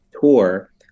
tour